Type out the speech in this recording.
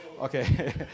Okay